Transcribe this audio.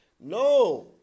No